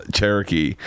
Cherokee